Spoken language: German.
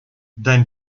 dein